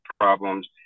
problems